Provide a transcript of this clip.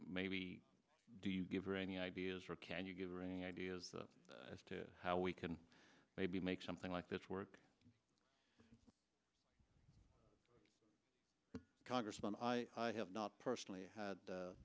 maybe do you give her any ideas or can you give her any ideas as to how we can maybe make something like this work congressman i have not personally had a